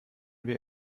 wir